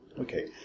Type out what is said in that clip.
Okay